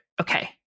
Okay